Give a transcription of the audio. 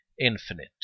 infinite